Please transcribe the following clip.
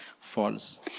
false